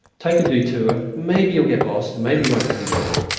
take a detour, maybe you'll get lost, and maybe you won't come back.